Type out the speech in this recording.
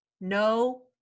No